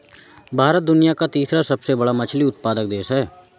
भारत दुनिया का तीसरा सबसे बड़ा मछली उत्पादक देश है